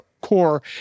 core